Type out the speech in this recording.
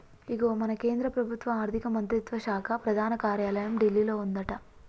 ఇగో మన కేంద్ర ప్రభుత్వ ఆర్థిక మంత్రిత్వ శాఖ ప్రధాన కార్యాలయం ఢిల్లీలో ఉందట